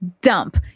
dump